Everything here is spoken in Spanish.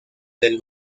del